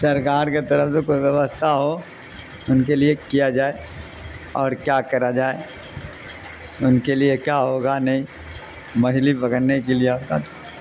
سرکار کے طرف سے کوئی ووستھا ہو ان کے لیے کیا جائے اور کیا کرا جائے ان کے لیے کیا ہوگا نہیں مچھلی پکڑنے کے لیے